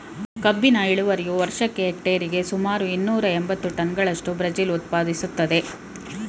ಕಬ್ಬಿನ ಇಳುವರಿಯು ವರ್ಷಕ್ಕೆ ಹೆಕ್ಟೇರಿಗೆ ಸುಮಾರು ಇನ್ನೂರ ಎಂಬತ್ತು ಟನ್ಗಳಷ್ಟು ಬ್ರೆಜಿಲ್ ಉತ್ಪಾದಿಸ್ತದೆ